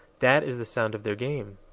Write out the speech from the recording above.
that is the sound of their game.